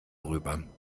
rüber